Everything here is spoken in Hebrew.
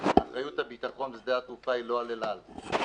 אחריות הביטחון בשדה התעופה היא של רש"ת.